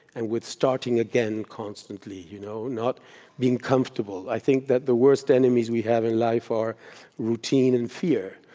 and with starting again constantly, with you know not being comfortable. i think that the worst enemies we have in life are routine and fear.